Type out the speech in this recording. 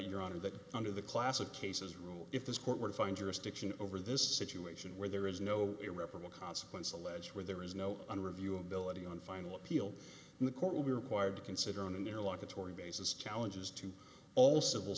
your honor that under the classic cases rule if this court were to find jurisdiction over this situation where there is no irreparable consequence alleged where there is no one review ability on final appeal the court will be required to consider on in their life atory basis challenges to all civil